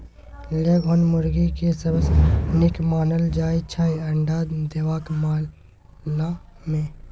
leghorn मुरगी केँ सबसँ नीक मानल जाइ छै अंडा देबाक मामला मे